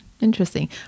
interesting